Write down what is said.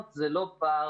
הן חולות.